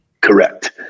Correct